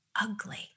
ugly